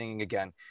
again